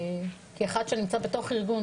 כאחד שנמצא בתוך הארגון,